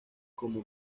como